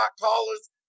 callers